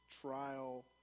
trial